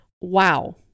wow